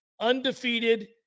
undefeated